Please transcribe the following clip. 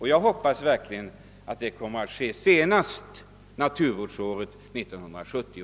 Jag hoppas att det kommer att ske senast under naturvårdsåret 1970.